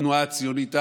התנועה הציונית אז,